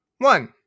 One